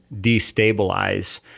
destabilize